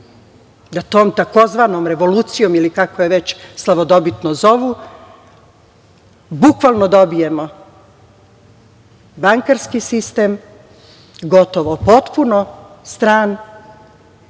da tom tzv. revolucijom ili kako je već slavitodobitno zovu, bukvalno dobijemo bankarski sistem, gotovo potpuno